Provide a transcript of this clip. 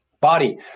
body